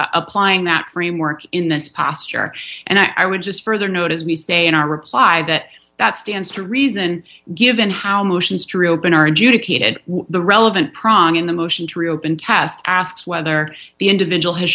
applying that framework in this posture and i would just further note as we say in our reply that that stands to reason given how motions to reopen are adjudicated the relevant pran in a motion to reopen cast asks whether the individual has